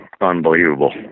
unbelievable